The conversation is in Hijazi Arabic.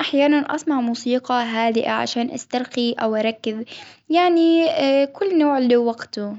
أحيانا أصنع موسيقى هادئة عشان أسترخي أو أركز، يعني أه كل نوع له وقته.